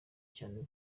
cyane